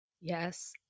Yes